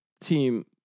team